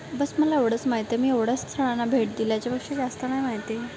बस मला एवढंच माहिती आहे मी एवढ्याच स्थळांना भेट दिली आहे याच्यापेक्षा जास्त नाही माहीत